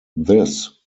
this